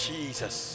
Jesus